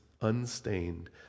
unstained